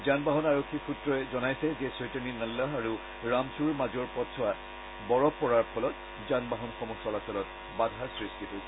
যান বাহন আৰক্ষী সূত্ৰই জনাইছে যে চৈতানি নাল্লাহ আৰু ৰামচুৰ মাজৰ পথছোৱাৰ বৰফ পৰাৰ ফলত যান বাহনসমূহ চলাচলত বাধাৰ সৃষ্টি হৈছিল